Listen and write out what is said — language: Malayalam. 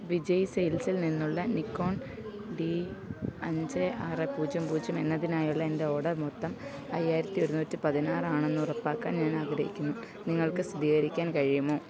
വിജയ് സെയിൽസിൽ നിന്നുള്ള നിക്കോൺ ഡി അഞ്ച് ആറ് പൂജ്യം പൂജ്യം എന്നതിനായുള്ള എൻ്റെ ഓർഡർ മൊത്തം അയ്യായിരത്തി ഒരുന്നൂറ്റി പതിനാറാണെന്നുറപ്പാക്കാൻ ഞാൻ ആഗ്രഹിക്കുന്നു നിങ്ങൾക്ക് സ്ഥിരീകരിക്കാൻ കഴിയുമോ